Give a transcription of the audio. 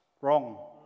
wrong